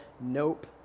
nope